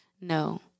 no